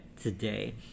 today